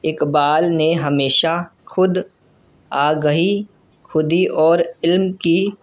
اقبال نے ہمیشہ خود آگہی خودی اور علم کی